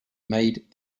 made